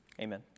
Amen